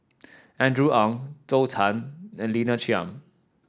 Andrew Ang Zhou Can and Lina Chiam